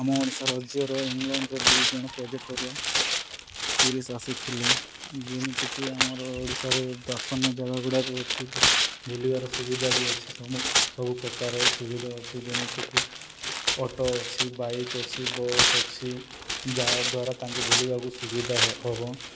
ଆମ ଓଡ଼ିଶା ରାଜ୍ୟର ଇଂଲଣ୍ଡର ଦୁଇ ଜଣ ପର୍ଯ୍ୟଟକ ଟୁରିଷ୍ଟ ଆସିଥିଲେ ଯେମିତିକି ଆମର ଓଡ଼ିଶାରେ ଦର୍ଶନୀୟ ଜାଗା ଗୁଡ଼ାକ ଅଛି ବୁଲିବାର ସୁବିଧା ବି ଅଛି ସବୁ ପ୍ରକାର ସୁବିଧା ଅଛି ଯେମିତିକି ଅଟୋ ଅଛି ବାଇକ୍ ଅଛି ବସ୍ ଅଛି ଯାହାଦ୍ୱାରା ତାଙ୍କେ ବୁଲିବାକୁ ସୁବିଧା ହବ